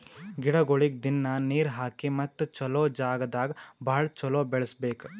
ಗಿಡಗೊಳಿಗ್ ದಿನ್ನಾ ನೀರ್ ಹಾಕಿ ಮತ್ತ ಚಲೋ ಜಾಗ್ ದಾಗ್ ಭಾಳ ಚಲೋ ಬೆಳಸಬೇಕು